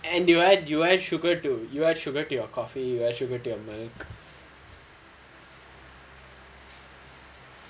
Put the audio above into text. and you add you add sugar to you add sugar to your coffee you add sugar to your